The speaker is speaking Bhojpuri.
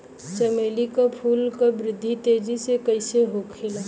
चमेली क फूल क वृद्धि तेजी से कईसे होखेला?